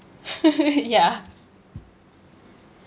ya